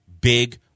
big